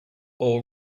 all